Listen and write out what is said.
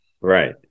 Right